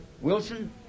Wilson